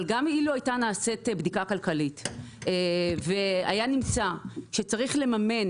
אבל גם אילו הייתה נעשית בדיקה כלכלית והיה נמצא שצריך לממן